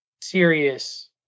serious